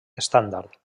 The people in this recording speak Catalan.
estàndard